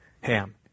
Ham